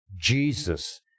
Jesus